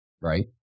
right